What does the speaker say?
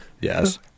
yes